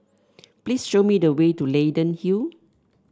please show me the way to Leyden Hill